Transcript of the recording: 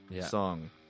song